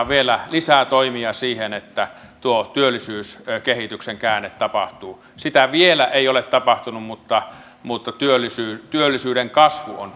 vielä lisää toimia siihen että tuo työllisyyskehityksen käänne tapahtuu sitä vielä ei ole tapahtunut mutta mutta työllisyyden työllisyyden kasvu on